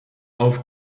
auf